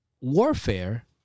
Warfare